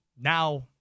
now